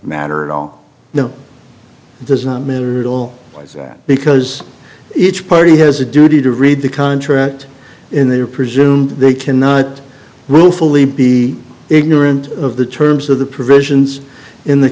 matter at all no it does not matter at all like that because each party has a duty to read the contract in their presumed they cannot ruefully be ignorant of the terms of the provisions in the